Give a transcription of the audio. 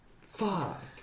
fuck